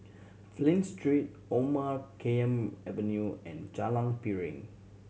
Flint Street Omar Khayyam Avenue and Jalan Piring